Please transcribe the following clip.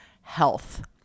health